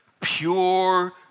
pure